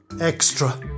Extra